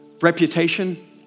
reputation